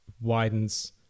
widens